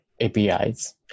APIs